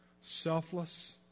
Selfless